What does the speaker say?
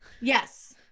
Yes